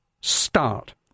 start